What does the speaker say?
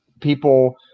people